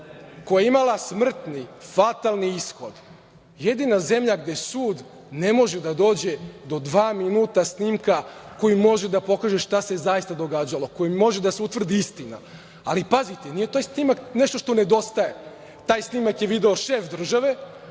koja je imala smrtni, fatalni ishod, jedina zemlja gde sud ne može da dođe do dva minuta snimka, koji može da pokaže šta se zaista događalo, kojim može da se utvrdi istina. Pazite, nije taj snimak nešto što nedostaje. Taj snimak je video šef države,